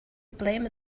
blame